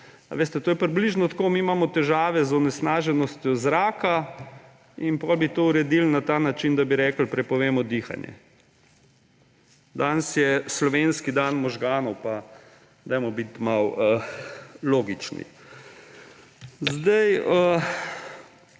To je približno tako: mi imamo težave z onesnaženostjo zraka in potem bi to uredili na način, da bi rekli, prepovemo dihanje. Danes je slovenski dan možganov pa dajmo biti malo logični.